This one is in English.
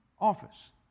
office